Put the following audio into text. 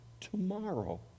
tomorrow